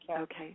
okay